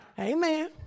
Amen